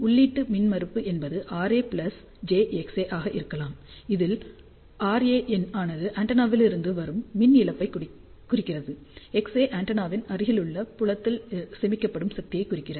உள்ளீட்டு மின்மறுப்பு என்பது RA jXA ஆக இருக்கலாம் அதில் RA ஆனது ஆண்டெனாவிலிருந்து வரும் மின் இழப்பைக் குறிக்கிறது மற்றும் XA ஆண்டெனாவின் அருகிலுள்ள புலத்தில் சேமிக்கப்படும் சக்தியை குறிக்கிறது